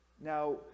Now